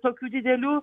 tokių didelių